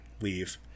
leave